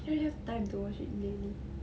I don't have time to wash it daily